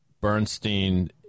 Bernstein